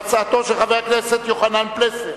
הצעתו של חבר הכנסת יוחנן פלסנר,